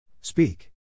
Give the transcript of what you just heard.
Speak